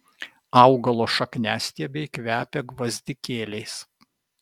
augalo šakniastiebiai kvepia gvazdikėliais